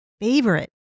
Favorite